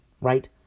right